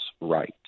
right